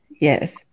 yes